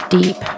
Deep